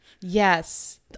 Yes